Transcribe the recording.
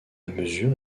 mesure